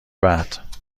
بعد